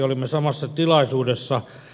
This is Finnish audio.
olimme samassa tilaisuudessa